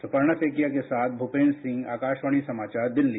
सुपर्णा सैकेया के साथ भूपेंद्र सिंह आकाशवाणी समाचार दिल्ली